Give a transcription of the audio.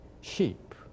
sheep